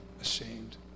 ashamed